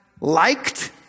liked